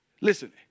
listen